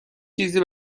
چیزی